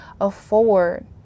afford